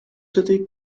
city